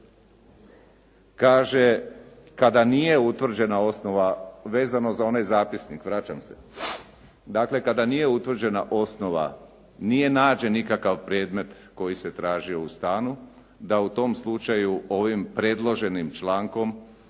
kaže kada nije utvrđena osnova vezano za onaj zapisnik, vraćam se. Dakle, kada nije utvrđena osnova, nije nađen nikakav predmet koji se tražio u stanu, da u tom slučaju ovim predloženim člankom